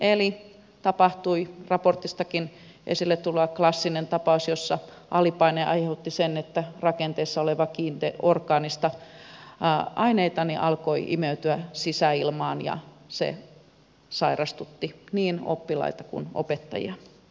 eli tapahtui raportistakin esille tullut klassinen tapaus jossa alipaine aiheutti sen että rakenteissa olevia orgaanisia aineita alkoi imeytyä sisäilmaan ja se sairastutti niin oppilaita kuin opettajia